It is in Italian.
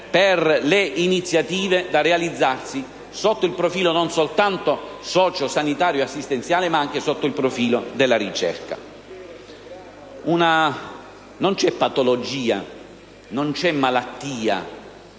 Non c'è patologia, non c'è malattia